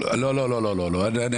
ילד.